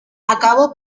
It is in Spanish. acabó